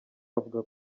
avuga